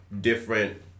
different